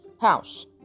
house